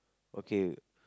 okay